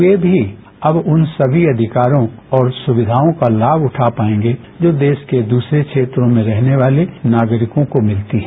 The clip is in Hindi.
वे भी अब उन समी अधिकारों और सुक्याओं का लाम उठा पाएंगे जो देश के दूसरे क्षेत्रों में रहने वाले नागरिकों को मिलती हैं